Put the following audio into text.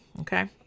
okay